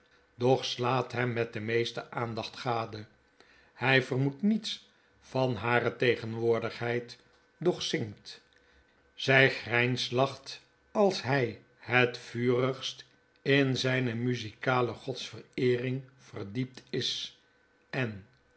slaat hem met de meeste aandacht gade hij vermpedt niets van hare tegen woordigheid doch zingt zg grynslacht als htj het vurigste in zyne muzikale godsvereering verdiept is en